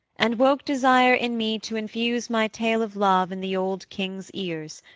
and woke desire in me to infuse my tale of love in the old king's ears,